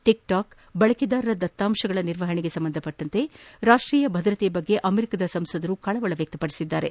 TikTok ಬಳಕೆದಾರರ ದತ್ತಾಂಶಗಳ ನಿರ್ವಹಣೆಗೆ ಸಂಬಂಧ ರಾಷ್ಟೀಯ ಭದ್ರತೆಯ ಬಗ್ಗೆ ಅಮೆರಿಕಾದ ಸಂಸದರು ಕಳವಳ ವ್ಯಕ್ತಪದಿಸಿದ್ದಾರೆ